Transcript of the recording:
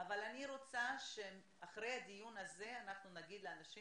אבל אני רוצה שאחרי הדיון הזה נגיד לאנשים